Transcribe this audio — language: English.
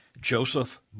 Joseph